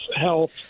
health